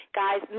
guys